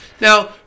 Now